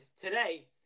today